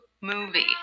movie